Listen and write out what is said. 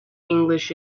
english